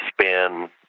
spin